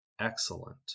excellent